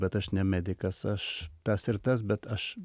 bet aš ne medikas aš tas ir tas bet aš